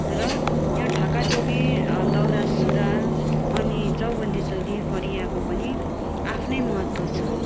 र यो ढाका टोपी दौरा सुरुवाल अनि चौबन्दी चोली फरियाको पनि आफ्नै महत्त्व छ